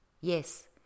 yes